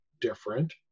different